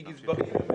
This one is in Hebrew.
כי גזברים הם